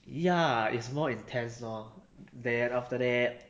ya it's more intense lor then after that